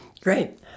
Great